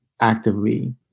actively